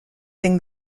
sing